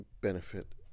benefit